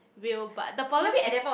will but the problem is